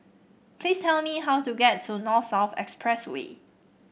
please tell me how to get to North South Expressway